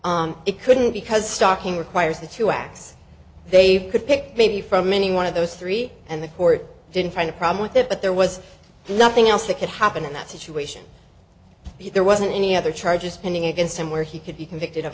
it couldn't because stocking requires that you x they could pick maybe from any one of those three and the court didn't find a problem with it but there was nothing else that could happen in that situation because there wasn't any other charges pending against him where he could be convicted of